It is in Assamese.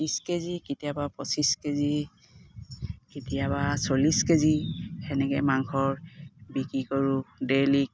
ত্ৰিছ কেজি কেতিয়াবা পঁচিছ কেজি কেতিয়াবা চল্লিছ কেজি সেনেকৈ মাংস বিক্ৰী কৰোঁ ডেইলি